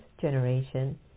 generation